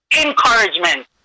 encouragement